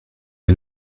les